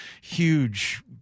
huge